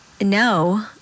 no